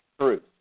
truth